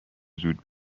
زود